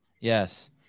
yes